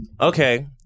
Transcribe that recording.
Okay